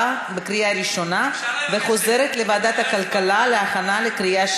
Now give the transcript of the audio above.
לוועדת הכלכלה נתקבלה.